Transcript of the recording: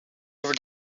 over